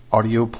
Audio